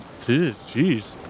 Jeez